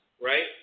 right